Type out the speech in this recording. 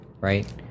right